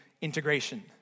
integration